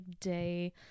day